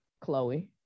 Chloe